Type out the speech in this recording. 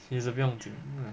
其实不用紧